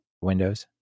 Windows